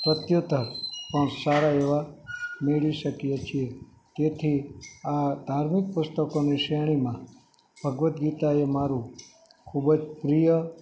પ્રત્યુત્તર પણ સારા એવા મેળવી શકીએ છીએ જેથી આ ધાર્મિક પુસ્તકોની શ્રેણીમાં ભગવદ્ ગીતા એ મારું ખૂબ જ પ્રિય